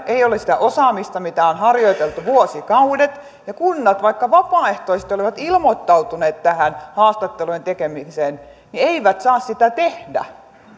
ei ole sitä osaamista mitä on harjoiteltu vuosikaudet ja vaikka kunnat vapaaehtoisesti olivat ilmoittautuneet tähän haastattelujen tekemiseen ne eivät saa sitä tehdä